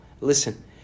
Listen